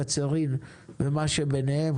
קצרין ומה שביניהן,